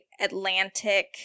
Atlantic